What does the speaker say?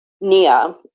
Nia